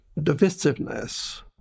divisiveness